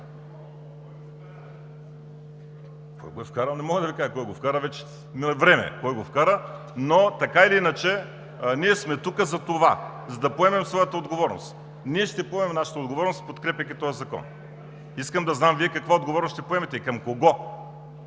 Кой го е вкарал не мога да Ви кажа – вече мина време, но така или иначе ние сме тук затова, за да поемем своята отговорност. Ние ще поемем нашата отговорност, подкрепяйки този закон. Искам да знам: Вие каква отговорност ще поемете и към кого